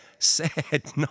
Sad